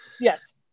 Yes